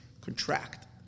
contract